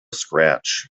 scratch